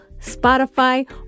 Spotify